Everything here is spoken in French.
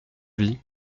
vie